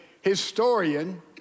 historian